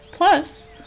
Plus